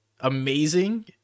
amazing